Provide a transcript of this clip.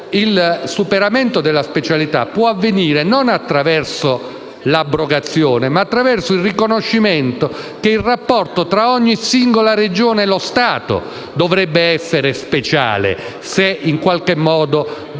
in questo senso - può avvenire non attraverso l'abrogazione, ma attraverso il riconoscimento del fatto che il rapporto tra ogni singola Regione e lo Stato dovrebbe essere speciale, se in qualche modo governato